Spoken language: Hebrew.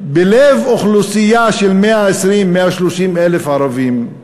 בלב אוכלוסייה של 130,000-120,000 ערבים,